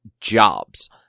jobs